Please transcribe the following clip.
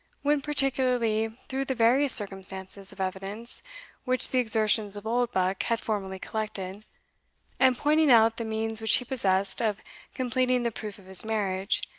went particularly through the various circumstances of evidence which the exertions of oldbuck had formerly collected and pointing out the means which he possessed of completing the proof of his marriage,